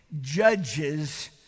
judges